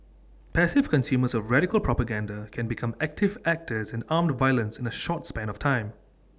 passive consumers of radical propaganda can become active actors in armed violence in A short span of time